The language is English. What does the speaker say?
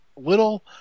little